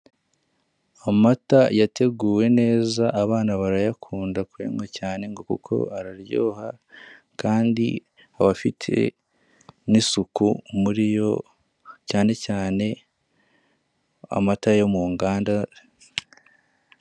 Amata yateguwe neza abana barayakunda kuyanywa cyane ngo kuko araryoha kandi aba afite n'isuku muri yo cyane cyane amata yo mu nganda.